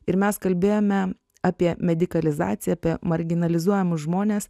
ir mes kalbėjome apie medikalizaciją apie marginalizuojamus žmones